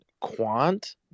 Quant